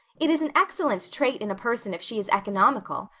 it is an excellent trait in a person if she is economical.